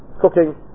cooking